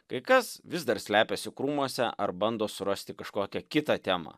kai kas vis dar slepiasi krūmuose ar bando surasti kažkokią kitą temą